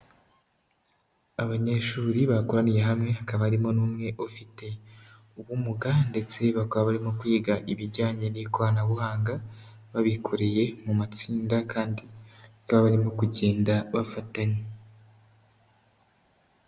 Abanyeshuri bakowaniye hamwe, hakaba harimo n'umwe ufite ubumuga ndetse bakaba barimo kwiga ibijyanye n'ikoranabuhanga, babikoreye mu matsinda kandi bakaba barimo kugenda bafatanya.